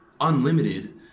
unlimited